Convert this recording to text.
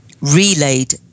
relayed